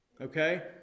Okay